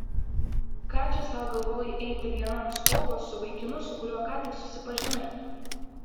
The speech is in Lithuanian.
ką čia sau galvoji eiti viena ant stogo su vaikinu su kuriuo ką tik susipažinai